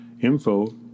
info